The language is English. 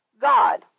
God